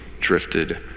drifted